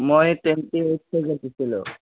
মই twenty eight ছাইজৰ দিছিলোঁ